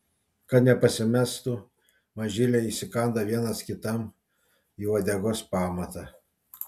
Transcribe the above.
kad nepasimestų mažyliai įsikanda vienas kitam į uodegos pamatą